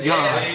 God